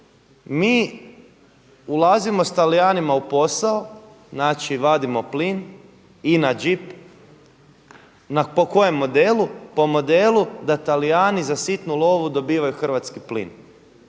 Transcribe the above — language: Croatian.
mi ulazimo sa Talijanima u posao, znači vadimo plin, …/Govornik se ne razumije./… Po kojem modelu? Po modelu da Talijani za sitnu lovu dobivaju hrvatski plin.